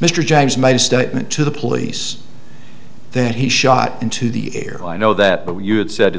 mr james made a statement to the police that he shot into the air i know that but you had said to the